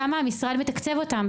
כמה המשרד מתקצב אותן?